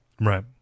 Right